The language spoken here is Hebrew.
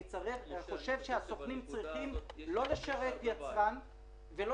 אני חושב שהסוכנים צריכים לא לשרת יצרן ולא